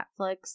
Netflix